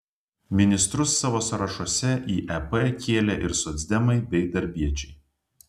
ministrus savo sąrašuose į ep kėlė ir socdemai bei darbiečiai